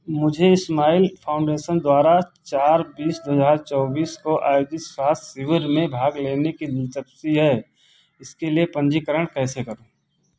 मुझे Smile Foundation द्वारा चार बीस दो हजार चौबीस को आयोजित स्वास्थ्य शिविर में भाग लेने में दिलचस्पी है मैं इसके लिए पंजीकरण कैसे करूं